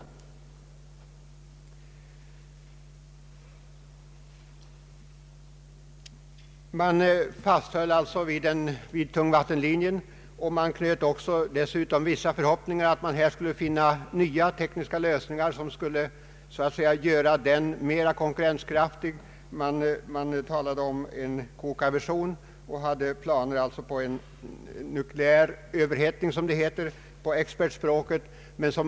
Man fasthöll alltså vid tungvattenlinjen och hoppades dessutom att man skulle finna nya tekniska lösningar, som skulle göra den mer konkurrenskraftig. Man talade om en kokarversion och hade planer på en nukleär överhettning, som det heter på expertspråk.